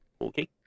Okay